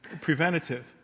preventative